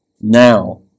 Now